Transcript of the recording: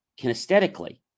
kinesthetically